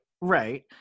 right